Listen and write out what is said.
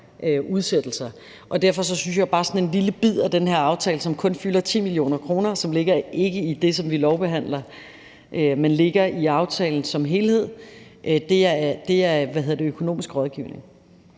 udsættelser. Derfor synes jeg, at det, der bare er sådan en lille bid af den aftale, som kun fylder 10 mio. kr., og som ikke ligger i det, som vi lovbehandler, men ligger i aftalen som helhed, nemlig det, der er økonomisk rådgivning,